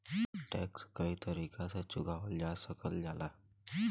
tax कई तरीके से चुकावल जा सकल जाला